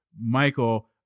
Michael